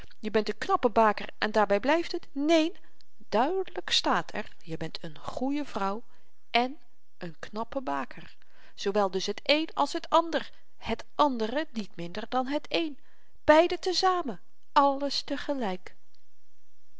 je bent n knappe baker en daarby blyft het neen duidelyk staat er je bent n goeie vrouw èn n knappe baker zoowel dus het één als het ander het andere niet minder dan het één beiden te-zamen alles tegelyk